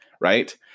right